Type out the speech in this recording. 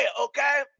okay